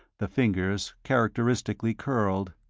the fingers characteristically curled.